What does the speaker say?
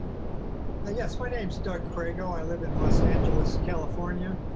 ah yes, my name's doug crageo. i live in los angeles, california.